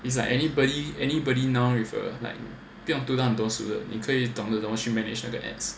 it's like anybody anybody now with uh like 不用读这样多书的你可以懂的去 manage 那些 ads